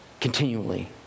continually